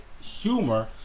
humor